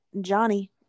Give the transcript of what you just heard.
Johnny